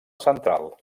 central